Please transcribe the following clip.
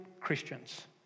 Christians